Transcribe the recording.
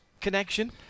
connection